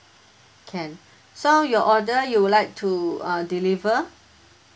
can so your order you would like to uh deliver